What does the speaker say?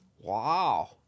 Wow